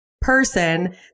person